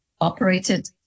operated